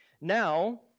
Now